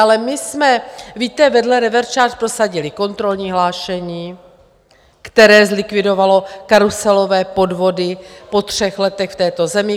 Ale my jsme, víte, vedle reverse charge prosadili kontrolní hlášení, které zlikvidovalo karuselové podvody po třech letech v této zemi.